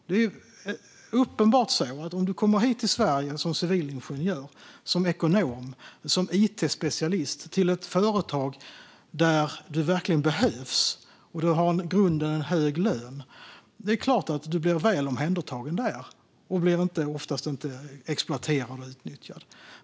Det är uppenbart så att om du kommer hit till Sverige som civilingenjör, ekonom eller it-specialist till ett företag där du verkligen behövs och i grunden har en hög lön är det klart att du blir väl omhändertagen där och oftast inte blir exploaterad och utnyttjad.